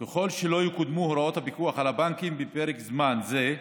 אם לא יקודמו הוראות הפיקוח על הבנקים בפרק זמן זה,